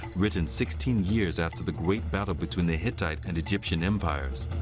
written sixteen years after the great battle between the hittite and egyptian empires.